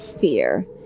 Fear